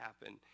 happen